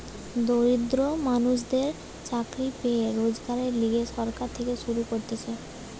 দরিদ্র মানুষদের চাকরি পেয়ে রোজগারের লিগে সরকার থেকে শুরু করতিছে